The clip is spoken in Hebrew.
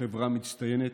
חברה מצטיינת,